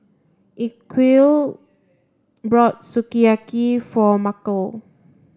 Ezequiel brought Sukiyaki for Markel